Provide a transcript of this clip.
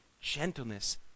gentleness